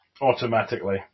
automatically